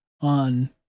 on